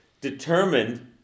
determined